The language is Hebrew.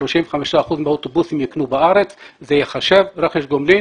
25 אחוזים מהאוטובוסים יקנו בארץ וזה ייחשב רכש גומלין.